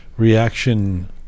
Reaction